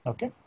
Okay